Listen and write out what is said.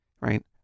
right